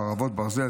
חרבות ברזל),